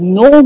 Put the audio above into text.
no